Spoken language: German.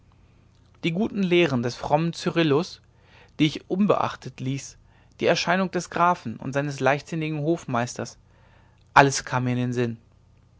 die guten lehren des frommen cyrillus die ich unbeachtet ließ die erscheinung des grafen und seines leichtsinnigen hofmeisters alles kam mir in den sinn